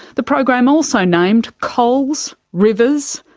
the program also named coles, rivers,